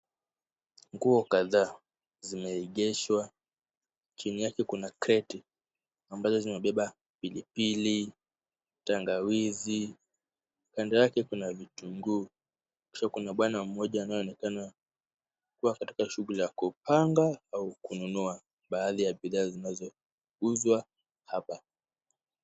Nguo kadhaa zimeegeshwa, chini yake kuna crate ambazo zinabeba pilipili, tangawizi, kando yake kuna vitunguu, kisha kuna bwana mmoja anayeonekana akiwa katika shughuli ya kupanga au kununua baadhi ya bidhaa zinazouzwa hapa.